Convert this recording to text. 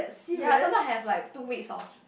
ya sometime have like two weeks of